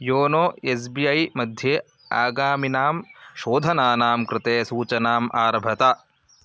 YONO S B I मध्ये आगामिनां शोधनानां कृते सूचनाम् आरभत